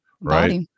right